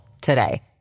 today